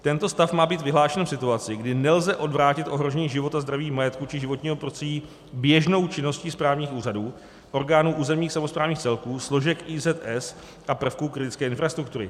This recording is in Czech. Tento stav má být vyhlášen v situaci, kdy nelze odvrátit ohrožení života, zdraví, majetku či životního prostředí běžnou činností správních úřadu, orgánů územních samosprávných celků, složek IZS a prvků kritické infrastruktury.